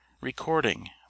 Recording